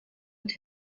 mit